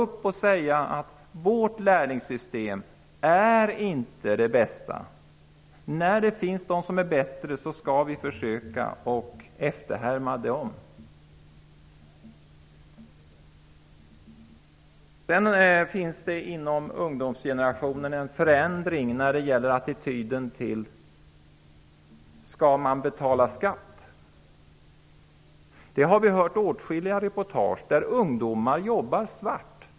Vi får inse att vårt lärlingssystem inte är det bästa. När det finns de som är bättre bör vi försöka efterlikna dem. Inom ungdomsgenerationen finns det en förändring när det gäller attityden till att betala skatt. Vi har hört åtskilliga reportage om att ungdomar jobbar svart.